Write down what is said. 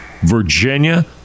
Virginia